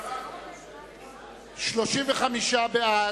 35 בעד,